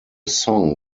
song